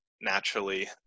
naturally